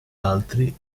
altri